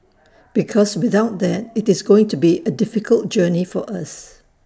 because without that IT is going to be A difficult journey for us